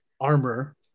armor